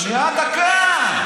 שנייה, דקה.